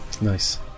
nice